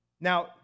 Now